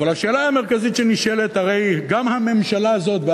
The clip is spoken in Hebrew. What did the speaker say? אבל השאלה המרכזית שנשאלת: הרי גם הממשלה הזאת,